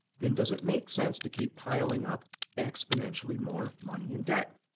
then does it make sense to keep piling up exponentially more money and debt?